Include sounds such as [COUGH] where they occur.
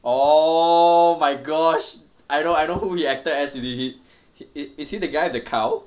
oh my gosh I know I know I know who he acted as he he he [BREATH] is he the guy with the cow